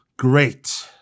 Great